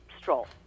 Stroll